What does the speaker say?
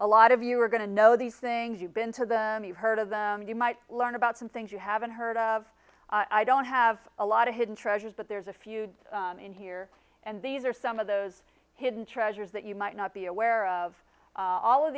a lot of you are going to know these things you've been to them you've heard of them you might learn about some things you haven't heard of i don't have a lot of hidden treasures but there's a few in here and these are some of those hidden treasures that you might not be aware of all of